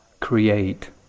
create